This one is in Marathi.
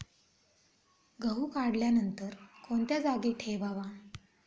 गहू काढल्यानंतर कोणत्या जागी ठेवावा?